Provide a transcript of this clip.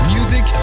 Music